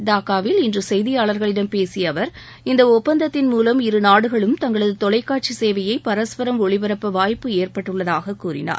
டாகாவில் இன்று செய்தியாளர்களிடம் பேசிய அவர் இந்த ஒப்பந்தத்தின் மூலம் இருநாடுகளும் தங்களது தொலைக்காட்சி சேவைய பரஸ்பரம் ஒளிபரப்ப வாய்ப்பு ஏற்பட்டுள்ளதாக கூறினார்